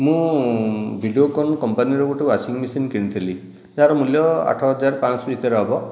ମୁଁ ଭିଡ଼ିଓକୋନ କମ୍ପାନୀରୁ ଗୋଟେ ୱାସିଂ ମେସିନ କିଣିଥିଲି ଯାହାର ମୂଲ୍ୟ ଆଠ ହଜାର ପାଞ୍ଚ ଶହ ଭିତରେ ହେବ